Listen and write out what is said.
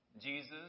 Jesus